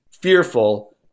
fearful